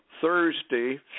Thursday